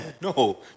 No